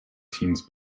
teens